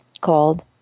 called